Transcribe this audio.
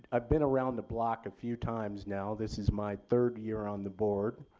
i've been around the block a few times now this is my third year on the board,